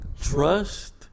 trust